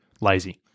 Lazy